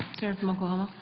from oklahoma.